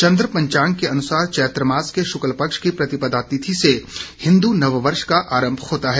चन्द्र पंचाग के अनुसार चैत्र मास के शुक्ल पक्ष की प्रतिपदा तिथि से हिन्दु नववर्ष का आरम्भ होता है